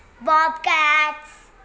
bobcats